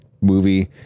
Movie